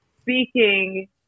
speaking